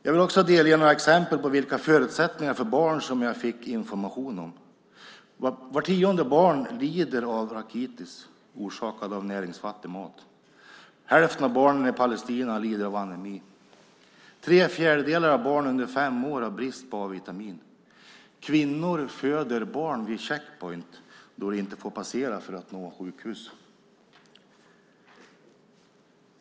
Jag vill också delge er några exempel på vilka förutsättningar för barn jag fick information om. Vart tionde barn lider av rakitis orsakad av näringsfattig mat. Hälften av barnen i Palestina lider av anemi. Tre fjärdedelar av barn under fem år har brist på A-vitamin. Kvinnor föder barn vid checkpoint då de inte får passera för att nå sjukhus.